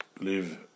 live